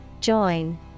Join